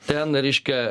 ten reiškia